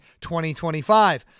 2025